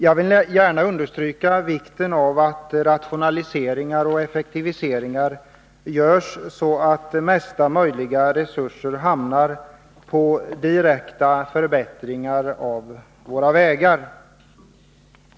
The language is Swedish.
Jag vill gärna understryka vikten av att rationaliseringar och effektiviseringar görs så att mesta möjliga resurser hamnar på direkta förbättringar av våra vägar.